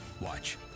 Watch